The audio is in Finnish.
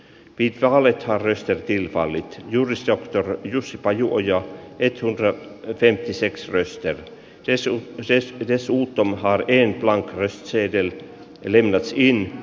pistoolit harrystä kilpaili juris ja tarkennus pajuja ei sure entäs express ja tyson keskittyä suuttumhartin blanchard seidel eli läskiin